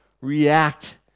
react